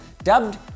Dubbed